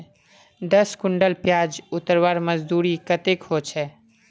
दस कुंटल प्याज उतरवार मजदूरी कतेक होचए?